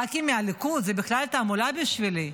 ח"כים מהליכוד, זו בכלל תעלומה בשבילי.